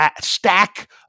stack